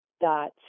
dot